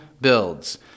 builds